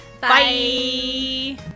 Bye